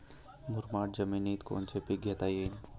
मुरमाड जमिनीत कोनचे पीकं घेता येईन?